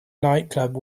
nightclub